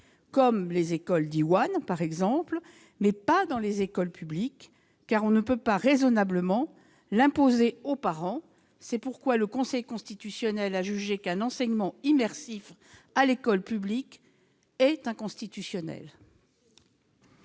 comme les écoles Diwan, mais pas dans les écoles publiques, car on ne peut pas raisonnablement l'imposer aux parents. C'est pourquoi le Conseil constitutionnel a jugé qu'un enseignement immersif à l'école publique est inconstitutionnel.